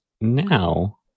now